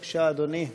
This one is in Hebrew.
בבקשה, אדוני.